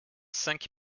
cinq